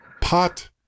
pot